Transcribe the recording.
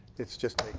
it's just